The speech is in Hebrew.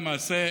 למעשה,